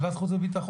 לוועדת חוץ וביטחון.